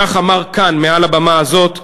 כך אמר כאן, מעל הבמה הזאת: